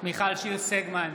מיכל שיר סגמן,